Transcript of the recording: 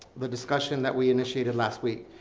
the discussion that we initiated last week.